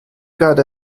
got